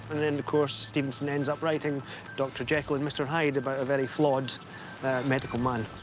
and then, of course, stevenson ends up writing dr. jekyll and mr. hyde about a very flawed medical man.